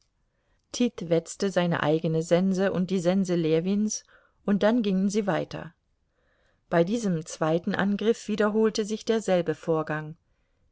tit wetzte seine eigene sense und die sense ljewins und dann gingen sie weiter bei diesem zweiten angriff wiederholte sich derselbe vorgang